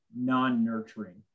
non-nurturing